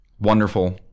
wonderful